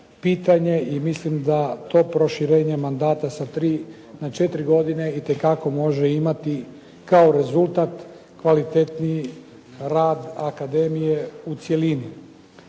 i mislim da to proširenje mandata sa tri na četiri godine itekako može imati kao rezultat kvalitetniji rad akademije u cjelini.